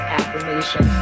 affirmation